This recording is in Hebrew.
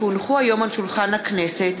כי הונחו היום על שולחן הכנסת,